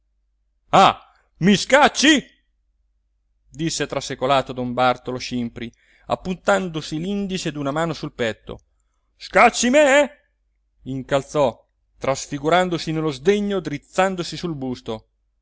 ah mi scacci disse trasecolato don bartolo scimpri appuntandosi l'indice d'una mano sul petto scacci me incalzò trasfigurandosi nello sdegno drizzandosi sul busto